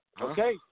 Okay